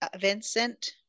Vincent